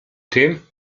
tym